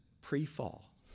pre-fall